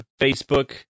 Facebook